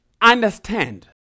understand